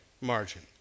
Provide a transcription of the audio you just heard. margin